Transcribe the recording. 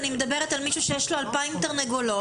אני מדברת על מישהו שיש לו 2,000 תרנגולות